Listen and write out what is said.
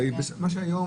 הרי מה שהיום,